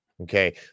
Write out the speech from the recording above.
Okay